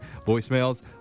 Voicemails